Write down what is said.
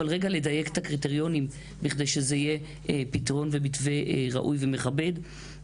אבל רגע לדייק את הקריטריונים כדי שזה יהיה פתרון ומתווה ראוי ומכבד.